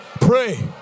Pray